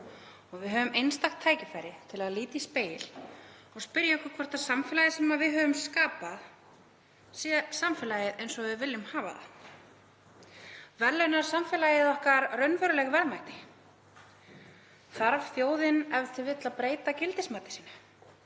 og við höfum einstakt tækifæri til að líta í spegil og spyrja okkur hvort samfélagið sem við höfum skapað sé samfélagið eins og við viljum hafa það. Verðlaunar samfélagið okkar raunveruleg verðmæti? Þarf þjóðin e.t.v. að breyta gildismati sínu?